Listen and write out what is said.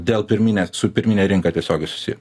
dėl pirminės su pirmine rinka tiesiogiai susiję